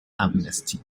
amnesty